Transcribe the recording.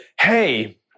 hey